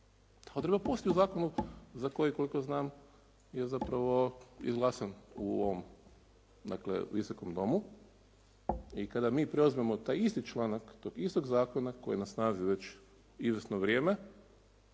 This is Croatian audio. Ta odredba postoji u zakonu za koji koliko znam je zapravo izglasan u ovom Visokom domu i kada mi preuzmemo taj isti članak tog istog zakona koji je na snazi već izvjesno vrijeme,